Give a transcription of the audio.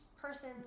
person's